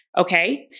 Okay